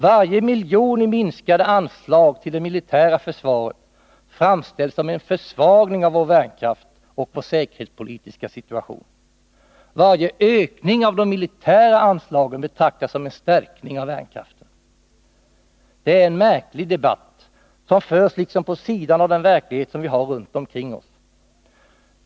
Varje miljon i minskade anslag till det militära försvaret framställs som en försvagning av vår värnkraft och vår säkerhetspolitiska situation. Varje ökning av de militära anslagen betraktas som en stärkning av värnkraften. Det är en märklig debatt, som förs liksom vid sidan av den verklighet som vi har runt omkring oss.